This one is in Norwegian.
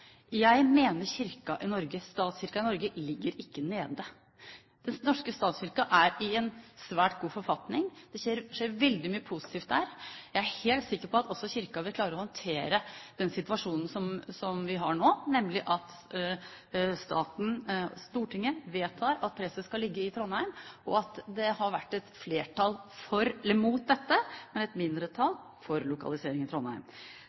Jeg mener Kirken i Norge – statskirken i Norge – ikke ligger nede. Den norske statskirken er i en svært god forfatning. Det skjer veldig mye positivt der. Jeg er helt sikker på at Kirken også vil klare å håndtere den situasjonen som vi har nå, nemlig at staten – Stortinget – vedtar at preses skal være i Trondheim, at det har vært et flertall mot dette, og et mindretall for lokalisering i Trondheim.